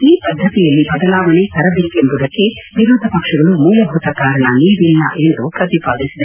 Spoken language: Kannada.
ಈ ಪದ್ದತಿಯಲ್ಲಿ ಬದಲಾವಣೆ ತರಬೇಕೆಂಬುದಕ್ಕೆ ವಿರೋಧ ಪಕ್ಷಗಳು ಮೂಲಭೂತ ಕಾರಣ ನೀಡಿಲ್ಲ ಎಂದು ಪ್ರತಿಪಾದಿಸಿದೆ